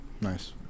Nice